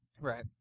Right